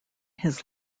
his